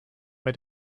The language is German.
bei